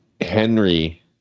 Henry